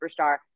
superstar